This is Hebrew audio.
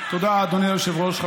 תודה, אדוני היושב-ראש.